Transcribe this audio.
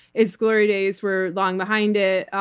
its glory days were long behind it.